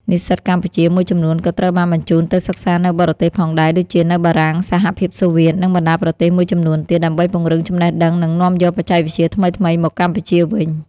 និស្សិតកម្ពុជាមួយចំនួនក៏ត្រូវបានបញ្ជូនទៅសិក្សានៅបរទេសផងដែរ ដូចជានៅបារាំង សហភាពសូវៀត និងបណ្ដាប្រទេសមួយចំនួនទៀត ដើម្បីពង្រឹងចំណេះដឹង និងនាំយកបច្ចេកវិទ្យាថ្មីៗមកកម្ពុជាវិញ។